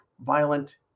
violent